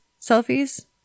selfies